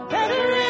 Better